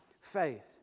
faith